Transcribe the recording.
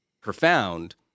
profound